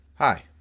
Hi